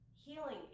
healing